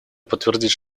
подтвердить